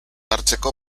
hartzeko